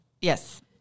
yes